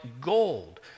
gold